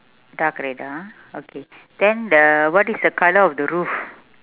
dark red ah okay then the what is the colour of the roof